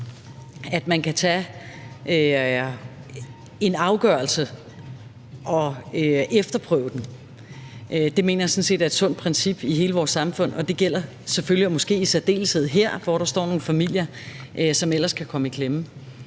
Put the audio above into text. at man kan efterprøve en afgørelse. Det mener jeg sådan set er et sundt princip i hele vores samfund, og det gælder måske i særdeleshed her, hvor der står nogle familier, som ellers kan komme i klemme.